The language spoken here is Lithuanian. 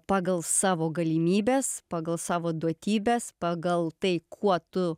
pagal savo galimybes pagal savo duotybes pagal tai kuo tu